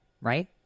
right